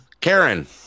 Karen